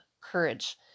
courage